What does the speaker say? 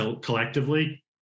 collectively